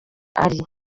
ari